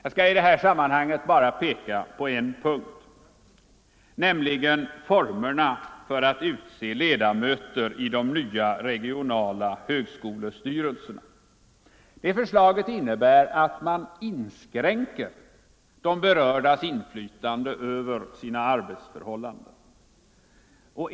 I det här sammanhanget skall jag bara peka på en punkt, nämligen formerna för att utse ledamöter i de nya regionala högskolestyrelserna. Det förslaget innebär att man inskränker de berördas inflytande över sina arbetsförhållanden.